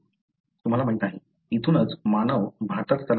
तुम्हाला माहिती आहे इथूनच मानव भारतात स्थलांतरित झाला